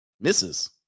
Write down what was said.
misses